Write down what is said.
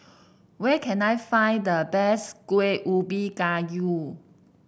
where can I find the best Kuih Ubi Kayu